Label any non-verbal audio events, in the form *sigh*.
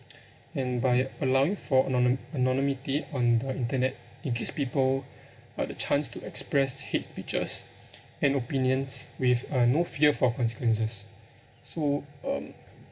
and by allowing for anonym~ anonymity on the internet it gives people *breath* uh the chance to express hate speeches *breath* and opinions with uh no fear for consequences so um